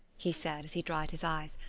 he said, as he dried his eyes,